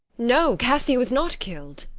no, cassio is not kill'd.